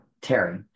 Terry